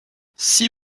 six